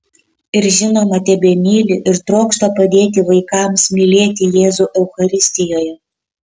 ir žinoma tebemyli ir trokšta padėti vaikams mylėti jėzų eucharistijoje